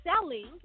selling